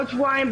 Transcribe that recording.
עוד שבועיים,